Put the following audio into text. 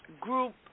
Group